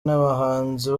n’abahanzi